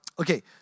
Okay